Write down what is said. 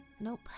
Nope